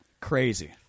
crazy